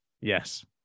Yes